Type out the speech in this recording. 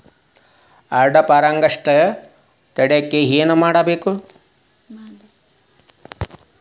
ಅಡ್ಡ ಪರಾಗಸ್ಪರ್ಶ ತಡ್ಯಾಕ ಏನ್ ಮಾಡ್ಬೇಕ್?